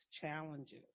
challenges